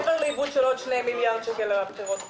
מעבר לאיבוד של עוד שני מיליארד שקל לבחירות עצמן.